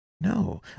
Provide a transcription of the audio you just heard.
No